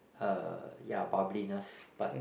uh ya bubbliness but